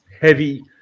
heavy